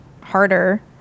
harder